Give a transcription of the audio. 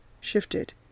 shifted